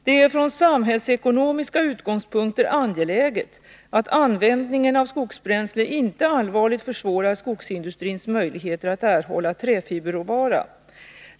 Det är från samhällsekonomiska utgångspunkter angeläget att användningen av skogsbränsle inte allvarligt försvårar skogsindustrins möjligheter att erhålla träfiberråvara.